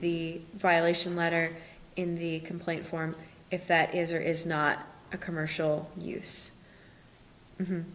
the violation letter in the complaint form if that is or is not a commercial use